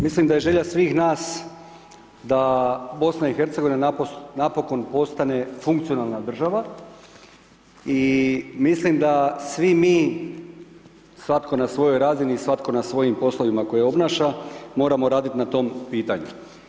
Mislim da je želja svih nas da Bosna i Hercegovina napokon postane funkcionalna država i mislim da svi mi, svatko na svojoj razini i svatko na svojim poslovima koje obnaša, moramo raditi na tom pitanju.